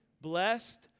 Blessed